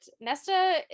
Nesta